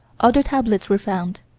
other tablets were found.